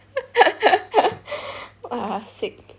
!wah! sick